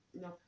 No